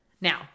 Now